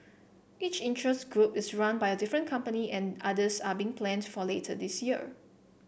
each interest group is run by a different company and others are being planned for later this year